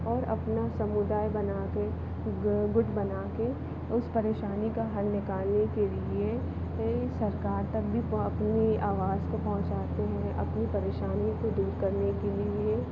और अपना समुदाय बना के गुट बना के उस परेशानी का हल निकालने के लिए सरकार तक भी वो अपनी आवाज को पहुँचाते हैं अपनी परेशानी को दूर करने के लिए